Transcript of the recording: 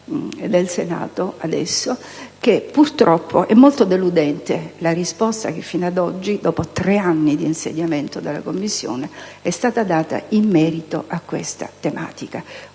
del Senato per dire che, purtroppo, è molto deludente la risposta che fino ad oggi, dopo tre anni dall'insediamento della Commissione, è stata data in merito a questa tematica.